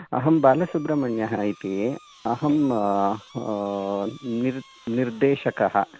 अहं बालसुब्रह्मण्यः इति अहं निर् निर्देशकः